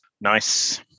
nice